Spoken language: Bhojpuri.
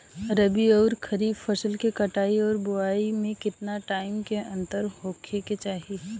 रबी आउर खरीफ फसल के कटाई और बोआई मे केतना टाइम के अंतर होखे के चाही?